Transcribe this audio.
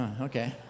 okay